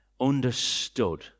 understood